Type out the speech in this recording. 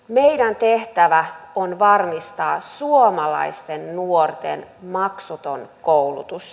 meidän tehtävämme on varmistaa suomalaisten nuorten maksuton koulutus